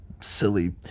silly